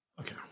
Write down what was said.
okay